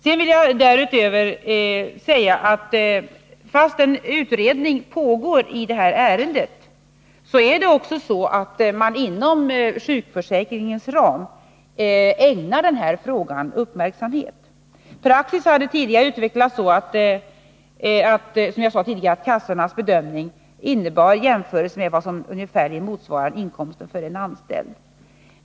Jag vill därutöver säga att fast en utredning pågår i ärendet är det så att man inom sjukförsäkringens ram ägnar denna fråga uppmärksamhet. Praxis hade tidigare, som jag sade, utvecklats så att kassornas bedömning innebar en jämförelse med vad som ungefärligen motsvarade inkomsten för en anställd.